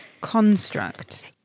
construct